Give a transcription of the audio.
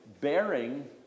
bearing